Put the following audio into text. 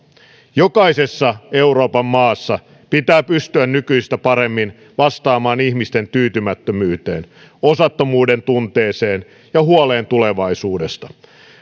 jokaisessa euroopan maassa pitää pystyä nykyistä paremmin vastaamaan ihmisten tyytymättömyyteen osattomuuden tunteeseen ja huoleen tulevaisuudesta